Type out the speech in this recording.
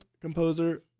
composer